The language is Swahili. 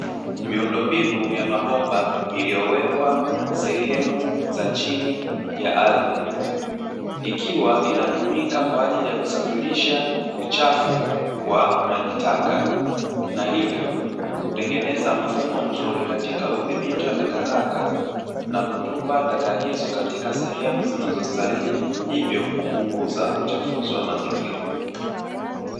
Miundombinu ya mabomba iliyowekwa sehemu za chini ya ardhi ikiwa inatumika kwa ajili ya kusafirisha uchafu wa majitaka, hivyo kutengeneza mfumo mzuri katika udhibiti wa takataka na kutupa taka hizo katika sehemu zinazostahili hivyo kupunguza uchafuzi wa mazingira.